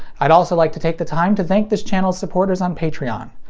i'd also like to take the time to thank this channel's supporters on patreon.